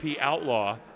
Outlaw